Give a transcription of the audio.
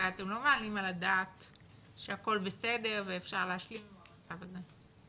הרי אתם לא מעלים על הדעת שהכל בסדר ואפשר להשלים עם המצב הזה.